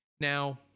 Now